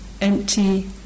empty